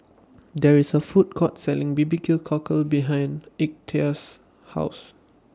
There IS A Food Court Selling B B Q Cockle behind Ignatius' House